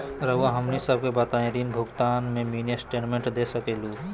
रहुआ हमनी सबके बताइं ऋण भुगतान में मिनी स्टेटमेंट दे सकेलू?